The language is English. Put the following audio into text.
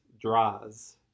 draws